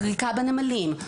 פריקה בנמלים,